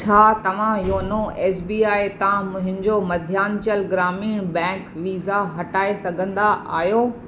छा तव्हां YONO SBI बी आई तां मुंहिंजो मध्यांचल ग्रामीण बैंक वीज़ा हटाए सघंदा आहियो